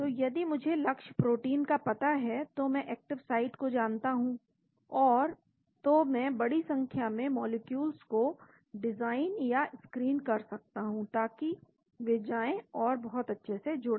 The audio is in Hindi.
तो यदि मुझे लक्ष्य प्रोटीन का पता है तो मैं एक्टिव साइट को जानता हूं और तो मैं बड़ी संख्या में मॉलिक्यूलस को डिजाइन या स्क्रीन कर सकता हूं ताकि वे जाएं और बहुत अच्छे से जुड़े